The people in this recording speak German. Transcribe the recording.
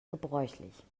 gebräuchlich